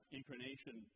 incarnation